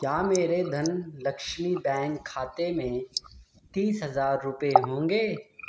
کیا میرے دھن لکشمی بینک کھاتے میں تیس ہزار روپئے ہوں گے